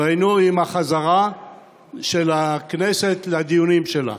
דהיינו עם החזרה של הכנסת לדיונים שלה.